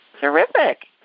Terrific